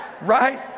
right